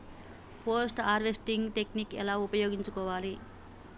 Post harvesting technique ఎలా ఉపయోగించుకోవాలి?